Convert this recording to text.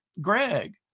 Greg